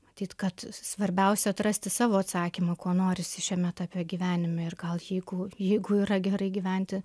matyt kad svarbiausia atrasti savo atsakymą ko norisi šiame etape gyvenime ir gal jeigu jeigu yra gerai gyventi